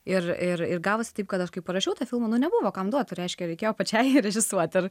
ir ir gavosi taip kad aš kai parašiau tą filmą nebuvo kam duot reiškia reikėjo pačiai režisuot ir